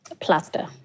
plaster